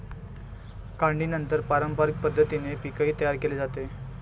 काढणीनंतर पारंपरिक पद्धतीने पीकही तयार केले जाते